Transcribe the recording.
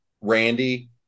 Randy